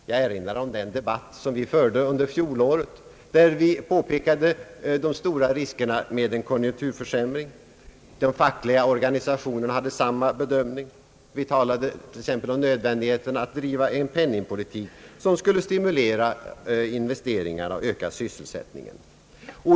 Jag erinrar om den debatt som fördes under fjolåret och i vilken vi påpekade de stora riskerna med en konjunkturförsämring. De fackliga organisationerna hade samma bedömning. Vi talade t.ex. om nödvändigheten av att bedriva en penningpolitik som skulle stimulera investeringarna och öka sysselsättningen.